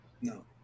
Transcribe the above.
no